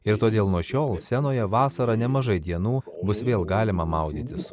ir todėl nuo šiol senoje vasarą nemažai dienų bus vėl galima maudytis